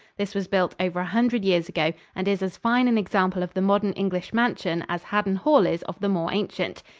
this was built over a hundred years ago and is as fine an example of the modern english mansion as haddon hall is of the more ancient.